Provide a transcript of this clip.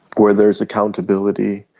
where there is accountability.